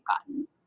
gotten